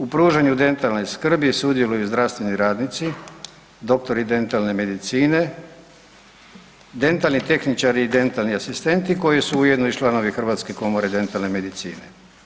U pružanju dentalne skrbi sudjeluju zdravstveni radnici, doktori dentalne medicine, dentalni tehničari i dentalni asistenti koji su ujedno i članovi Hrvatske komore dentalne medicine.